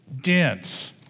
Dense